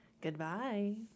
Goodbye